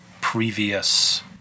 previous